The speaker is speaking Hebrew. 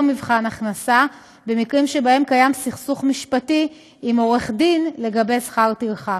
מבחן הכנסה במקרים שבהם קיים סכסוך משפטי עם עורך דין לגבי שכר טרחה.